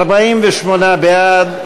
בעד,